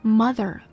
mother